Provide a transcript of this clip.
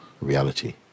reality